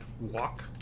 walk